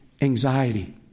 anxiety